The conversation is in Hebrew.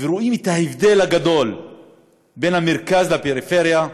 ורואים את ההבדל הגדול בין המרכז לפריפריה,